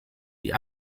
die